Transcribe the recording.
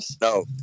no